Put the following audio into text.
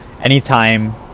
anytime